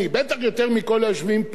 בטח יותר מכל היושבים פה,